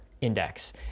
index